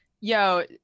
Yo